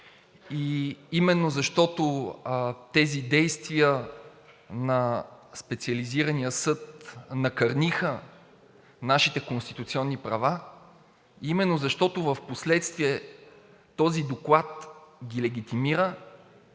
и именно защото тези действия на Специализирания съд накърниха нашите конституционни права, именно защото впоследствие този доклад ги легитимира,